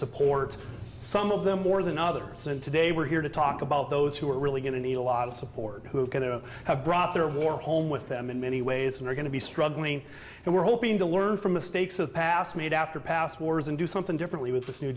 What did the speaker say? support some of them more than others and today we're here to talk about those who are really going to need a lot of support who are going to have brought their war home with them in many ways we're going to be struggling and we're hoping to learn from mistakes of the past made after past wars and do something differently with this new